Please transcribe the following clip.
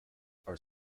are